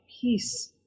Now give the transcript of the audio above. peace